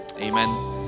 Amen